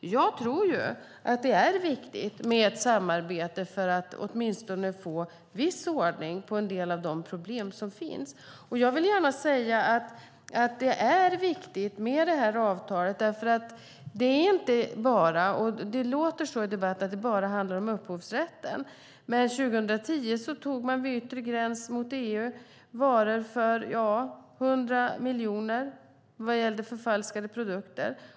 Jag tror ju att det är viktigt med ett samarbete för att åtminstone få viss ordning på en del av de problem som finns. Jag vill gärna säga att det är viktigt med det här avtalet därför att det inte bara, vilket det låter som i debatten, handlar om upphovsrätten. År 2010 tog man vid yttre gräns mot EU varor för 100 miljoner vad gäller förfalskade produkter.